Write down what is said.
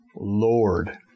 Lord